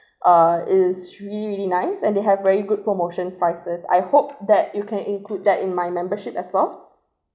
uh is really really nice and they have very good promotion prices I hope that you can include that in my membership as well